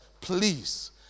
please